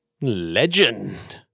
Legend